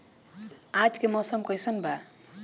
आज के मौसम कइसन बा?